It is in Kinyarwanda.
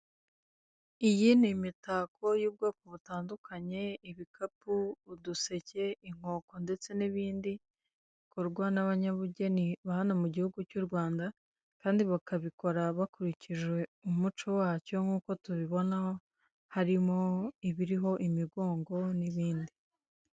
Iyi ni imitako y'ubwoko butandukanye ibikapu, uduseke, inkoko ndetse n'ibindi bikorwa n'abanyabugeni ba hano mu gihugu cy'u Rwanda, kandi bakabikora bakurikije umuco wacyo nk'uko tubibona harimo ibiriho imigongo n'ibindi.